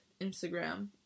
Instagram